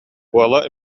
уола